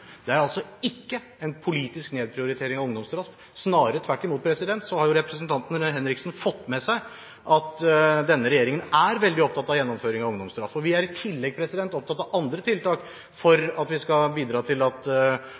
Det er altså ikke en politisk nedprioritering av ungdomsstraff. Det er snarere tvert imot – representanten Henriksen har jo fått med seg at denne regjeringen er veldig opptatt av gjennomføring av ungdomsstraff, og vi er i tillegg opptatt av andre tiltak for at vi skal bidra til at